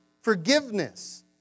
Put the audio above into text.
forgiveness